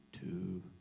two